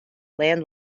land